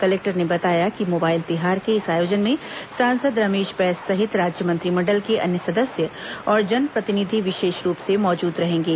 collector ने बताया कि मोबाइल तिहार के इस आयोजन में सांसद रमेश बैस सहित राज्य मंत्रिमंडल के अन्य सदस्य और जनप्रतिनिधि विशेष रूप से मौजूद रहेंगे